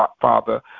Father